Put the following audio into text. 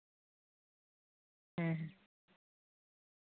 ᱦᱮᱸ ᱦᱮᱸ